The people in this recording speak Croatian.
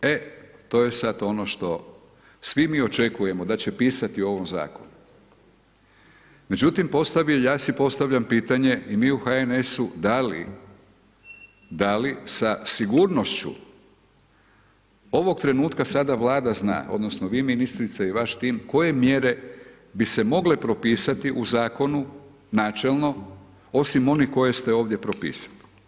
Mjere, e to je sad ono što svi mi očekujemo da će pisati u ovom zakonu međutim ja si postavljam pitanje i mi u HNS-u, da li sa sigurnošću ovog trenutka sada Vlada zna odnosno vi ministrice i vaš tim, koje mjere bi se mogle propisati u zakonu načelno osim onih koje ste ovdje propisali?